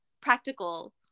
practical